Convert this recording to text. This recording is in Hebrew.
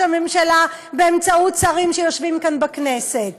הממשלה באמצעות שרים שיושבים כאן בכנסת.